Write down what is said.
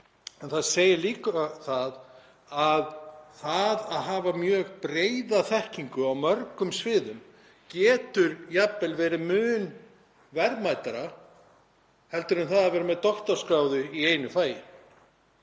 það segir líka að það að hafa mjög breiða þekkingu á mörgum sviðum getur jafnvel verið mun verðmætara heldur en að vera með doktorsgráðu í einu fagi.